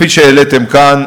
כפי שהעליתם כאן,